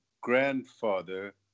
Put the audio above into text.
grandfather